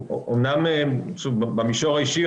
במישור האישי,